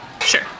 Sure